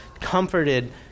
comforted